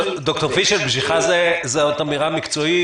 ד"ר פישל, בשבילך זו אמירה מקצועית.